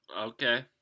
okay